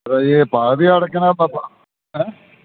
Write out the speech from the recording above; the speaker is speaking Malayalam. അതായതീ പാതിയടയ്ക്കണേ പ ഏ